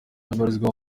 abarizwa